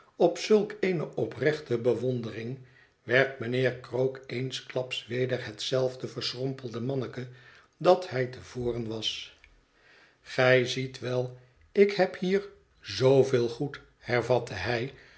op zulk eene oprechte bewondering werd mijnheer krook eensklaps weder hetzelfde verschrompelde manneke dat hij te voren was gij ziet wel ik heb hier zooveel goed horvatte hij